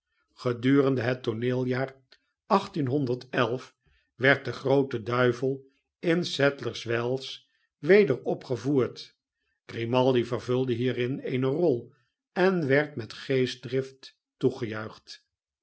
gedurende het jaar werd de groote duivel in sadlers wells weder opgevoerd grimaldi vervulde hierin eene rol en werd met geestdrift